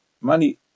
money